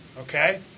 okay